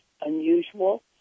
unusual